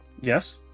Yes